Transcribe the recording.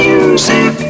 Music